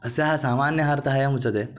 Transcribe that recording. अस्याः सामान्यः अर्थः एवमुच्यते